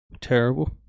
terrible